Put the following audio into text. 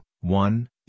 one